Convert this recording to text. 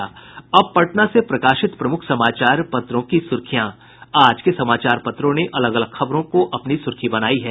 अब पटना से प्रकाशित प्रमुख समाचार पत्रों की सुर्खियां आज के समाचार पत्रों ने अलग अलग खबरों की अपनी सुर्खी बनायी है